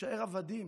נישאר עבדים,